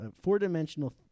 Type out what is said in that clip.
four-dimensional